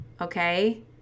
Okay